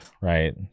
right